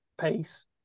pace